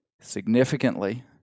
significantly